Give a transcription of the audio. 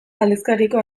aldizkariko